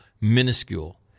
minuscule